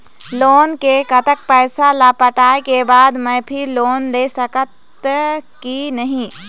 Loan के कतक पैसा ला पटाए के बाद मैं फिर लोन ले सकथन कि नहीं?